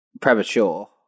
premature